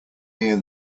near